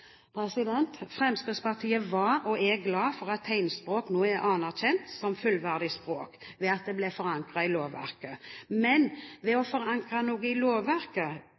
Fremskrittspartiet var, og er, glad for at tegnspråk nå er anerkjent som fullverdig språk ved at det ble forankret i lovverket, men å forankre noe i lovverket